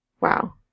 Wow